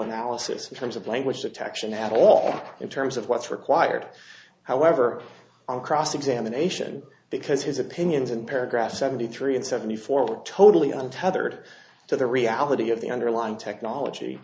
analysis in terms of language detection at all in terms of what's required however on cross examination because his opinions in paragraphs seventy three and seventy four were totally untethered to the reality of the underlying technology